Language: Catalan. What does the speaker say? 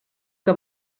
que